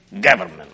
government